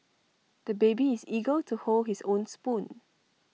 the baby is eager to hold his own spoon